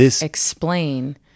explain